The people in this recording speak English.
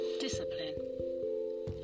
Discipline